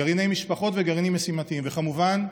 גרעיני משפחות וגרעינים משימתיים, וכמובן,